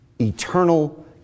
Eternal